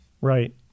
Right